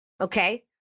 Okay